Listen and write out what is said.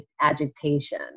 agitation